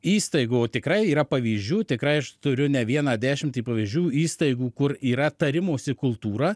įstaigų tikrai yra pavyzdžių tikrai aš turiu ne vieną dešimtį pavyzdžių įstaigų kur yra tarimosi kultūra